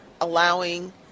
allowing